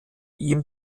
ihm